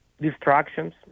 distractions